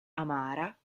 amara